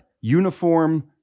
uniform